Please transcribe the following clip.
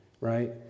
right